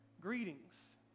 greetings